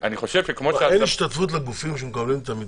אין השתתפות לגופים שמקבלים את המתנדבות?